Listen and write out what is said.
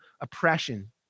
oppression